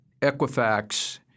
Equifax